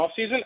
offseason